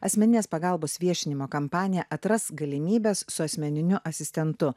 asmeninės pagalbos viešinimo kampaniją atrask galimybes su asmeniniu asistentu